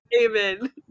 Amen